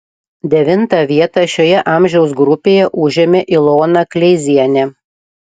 devintą vietą šioje amžiaus grupėje užėmė ilona kleizienė